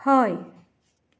हय